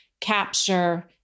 capture